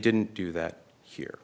didn't do that here